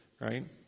right